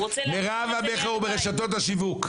מירב המכר הוא ברשתות השיווק.